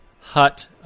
hut